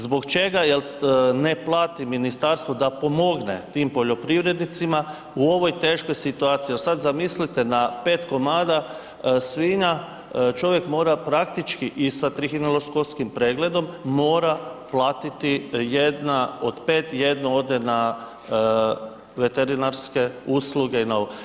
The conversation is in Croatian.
Zbog čega ne plati ministarstvo da pomogne tim poljoprivrednicima u ovoj teškoj situaciji jer sad zamislite, na 5 komada svinja čovjek mora praktički i sa trihineloskopskim pregledom mora platiti jedna od 5, jedno ode na veterinarske usluge i na ovo.